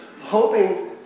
hoping